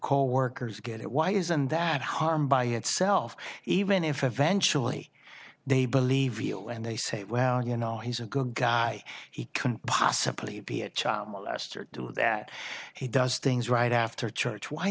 coworkers get it why isn't that harm by itself even if eventually they believe real and they say well you know he's a good guy he can possibly be a child molester too that he does things right after church why